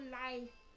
life